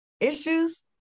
issues